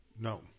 No